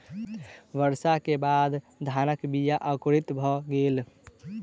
वर्षा के बाद धानक बीया अंकुरित भअ गेल